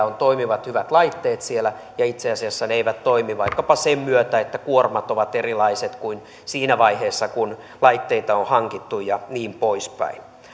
on toimivat hyvät laitteet siellä ja itse asiassa ne eivät toimi vaikkapa sen myötä että kuormat ovat erilaiset kuin siinä vaiheessa kun laitteita on hankittu ja niin poispäin